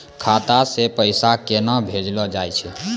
खाता से पैसा केना भेजलो जाय छै?